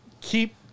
keep